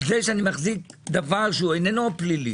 על זה שאני מחזיק דבר שאינו פלילי